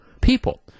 people